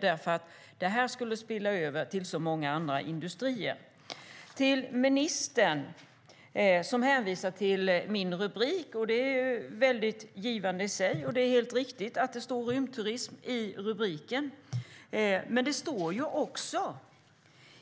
Det här skulle ju spilla över till så många andra industrier. Ministern hänvisar till rubriken på min interpellation. Det är helt riktigt att det står "rymdturism" i rubriken, men i interpellationen står också: